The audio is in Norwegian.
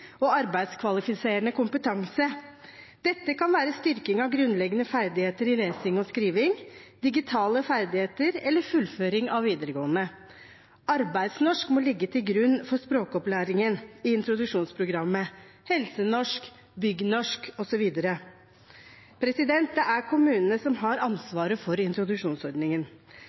og arbeidskvalifiserende kompetanse. Dette kan være styrking av grunnleggende ferdigheter i lesing og skriving, digitale ferdigheter eller fullføring av videregående. Arbeidsnorsk må ligge til grunn for språkopplæringen i introduksjonsprogrammet, helsenorsk, byggnorsk osv. Det er kommunene som har ansvaret for introduksjonsordningen.